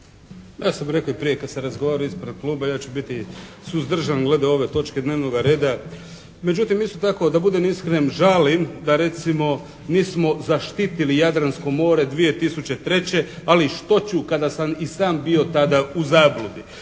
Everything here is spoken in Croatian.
Ja sam rekao prije kad sam razgovarao ispred kluba, ja ću biti suzdržan glede ove točke dnevnog reda. Međutim, isto tako da budem iskren žalim da recimo nismo zaštitili Jadransko more 2003. ali što ću kada sam i sam bio tada u zabludi.